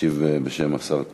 ישיב בשם השר פירון,